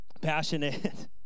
Passionate